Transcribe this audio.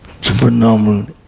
supernormal